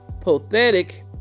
pathetic